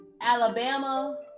Alabama